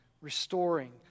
restoring